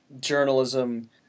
journalism